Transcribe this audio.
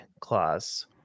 clause